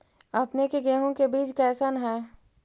अपने के गेहूं के बीज कैसन है?